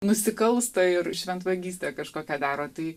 nusikalsta ir šventvagystė kažkokią daro tai